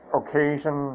occasion